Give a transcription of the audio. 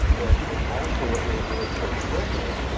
but that's also what made boyd so threatening